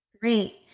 Great